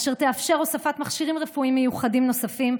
אשר יאפשר הוספת מכשירים רפואיים מיוחדים נוספים,